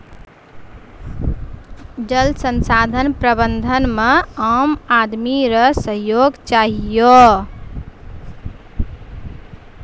जल संसाधन प्रबंधन मे आम आदमी रो सहयोग चहियो